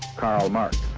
karl marx.